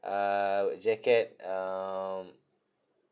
uh jacket um